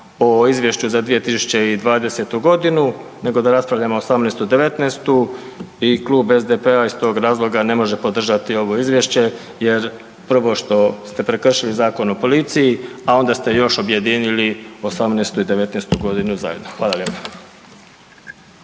o izvješću za 2020.g. nego da raspravljamo '18. i '19. i Klub SDP-a iz tog razloga ne može podržati ovo izvješće jer prvo što ste prekršili Zakon o policiji, a onda ste još objedinili '18. i '19.g. zajedno. Hvala lijepo.